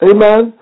Amen